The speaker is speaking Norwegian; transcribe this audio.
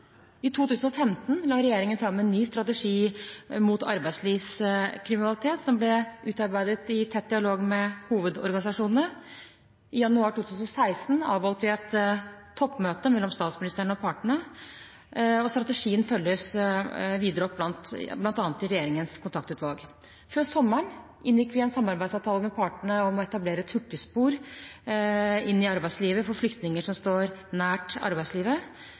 I 2015 la regjeringen fram strategien mot arbeidslivskriminalitet, som ble utarbeidet i tett dialog med hovedorganisasjonene. I januar 2016 avholdt vi et toppmøte mellom statsministeren og partene. Strategien følges videre opp bl.a. i Regjeringens kontaktutvalg. Før sommeren inngikk vi en samarbeidsavtale med partene om å etablere et hurtigspor inn i arbeidslivet for flyktninger som står nært arbeidslivet. Og regjeringen vil også invitere partene inn i